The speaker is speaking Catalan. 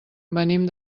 venim